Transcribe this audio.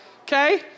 okay